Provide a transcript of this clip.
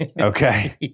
Okay